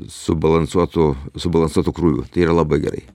subalansuotu subalansuotu krūviu tai yra labai gerai